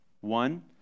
One